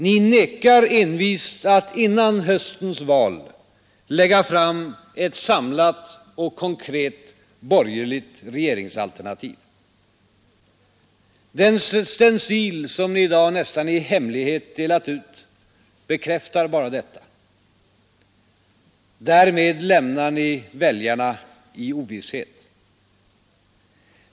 Ni vägrar envist att före höstens val lägga fram ett samlat och konkret borgerligt regeringsalternativ. Den stencil som ni i dag nästan i hemlighet delat ut bekräftar bara detta. Därmed lämnar ni väljarna i ovisshet.